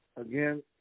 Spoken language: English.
again